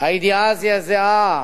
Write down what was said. הידיעה זעזעה,